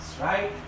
right